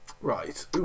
right